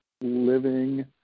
living